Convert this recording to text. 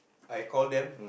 I call them